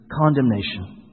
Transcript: Condemnation